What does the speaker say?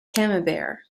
camembert